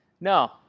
No